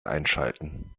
einschalten